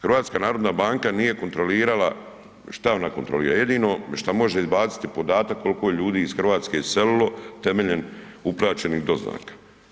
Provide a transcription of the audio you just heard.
HNB nije kontrolirala, šta ona kontrolira, jedino šta može izbaciti podatak koliko je ljudi iz Hrvatske iselilo temeljem uplaćenih doznaka.